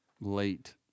late